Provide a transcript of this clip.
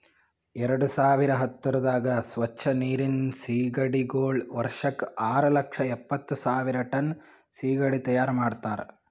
ಎರಡು ಸಾವಿರ ಹತ್ತುರದಾಗ್ ಸ್ವಚ್ ನೀರಿನ್ ಸೀಗಡಿಗೊಳ್ ವರ್ಷಕ್ ಆರು ಲಕ್ಷ ಎಪ್ಪತ್ತು ಸಾವಿರ್ ಟನ್ ಸೀಗಡಿ ತೈಯಾರ್ ಮಾಡ್ತಾರ